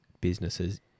businesses